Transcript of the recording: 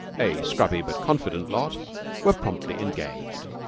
a scrubby but confident lot were promptly engaged.